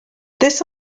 this